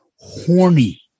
horny